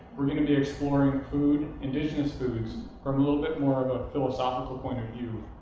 we're going to be exploring food indigenous foods from a little bit more of a philosophical point of view.